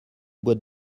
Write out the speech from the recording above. boîte